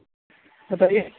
بتائیے